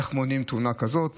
איך מונעים תאונה כזאת.